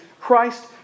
Christ